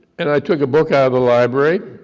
and i took a book out of the library,